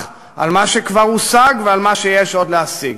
על מה שכבר הושג ועל מה שיש עוד להשיג.